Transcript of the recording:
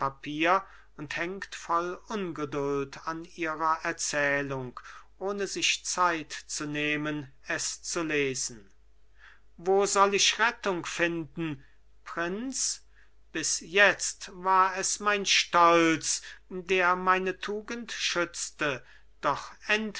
papier und hängt voll ungeduld an ihrer erzählung ohne sich zeit zu nehmen es zu lesen wo soll ich rettung finden prinz bis jetzt war es mein stolz der meine tugend schützte